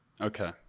Okay